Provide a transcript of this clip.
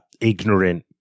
Ignorant